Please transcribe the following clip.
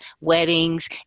weddings